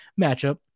matchup